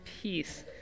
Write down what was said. peace